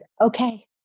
okay